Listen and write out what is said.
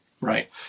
right